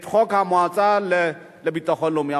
את חוק המועצה לביטחון לאומי.